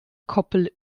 koppel